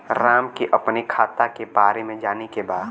राम के अपने खाता के बारे मे जाने के बा?